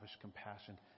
compassion